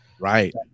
Right